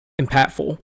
impactful